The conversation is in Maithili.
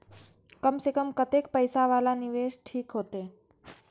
कम से कम कतेक पैसा वाला निवेश ठीक होते?